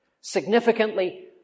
Significantly